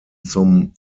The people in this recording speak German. zum